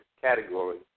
category